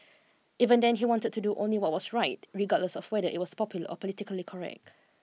even then he wanted to do only what was right regardless of whether it was popular or politically correct